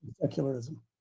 secularism